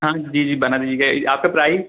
हाँ जी जी बना दीजिएगा आपका प्राइज़